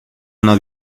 una